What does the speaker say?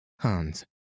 Hans